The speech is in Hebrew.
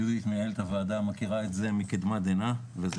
יהודית מנהלת הוועדה מכירה את זה מקדמה דנא וזו